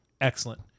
excellent